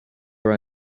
are